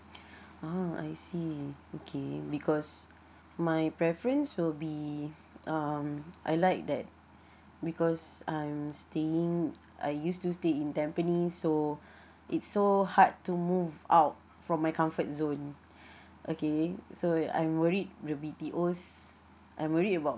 ah I see okay because my preference will be um I like that because I'm staying I used to stay in tampines so it's so hard to move out from my comfort zone okay so I'm worried the B_T_Os I'm worry about